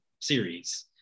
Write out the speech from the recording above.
series